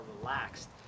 relaxed